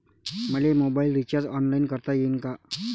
मले mobile recharge online करता येईन का?